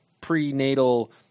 prenatal